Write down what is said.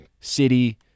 City